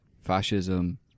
fascism